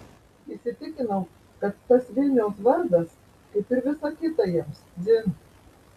įsitikinau kad tas vilniaus vardas kaip ir visa kita jiems dzin